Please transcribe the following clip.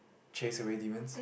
chase away demons